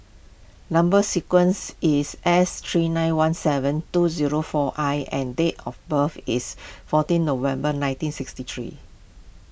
Number Sequence is S three nine one seven two zero four I and date of birth is fourteen November nineteen sixty three